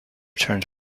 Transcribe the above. turned